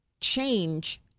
change